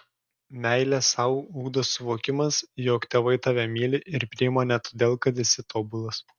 meilę sau ugdo suvokimas jog tėvai tave myli ir priima ne todėl kad esi tobulas